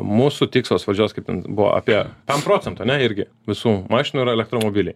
mūsų tikslas valdžios kaip ten buvo apie pem procentų ane irgi visų mašinų yra elektromobiliai